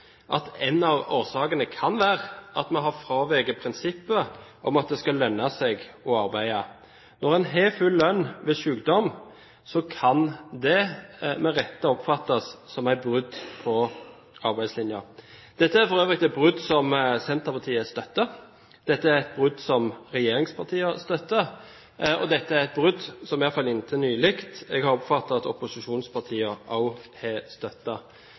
at en av årsakene kan være at vi har fraveket prinsippet om at det skal lønne seg å arbeide. Når en har full lønn ved sykdom, kan det med rette oppfattes som et brudd på arbeidslinja. Dette er for øvrig et brudd som Senterpartiet støtter, dette er et brudd som regjeringspartiene støtter, og dette er et brudd som jeg, i alle fall inntil nylig, har oppfattet at opposisjonspartiene også har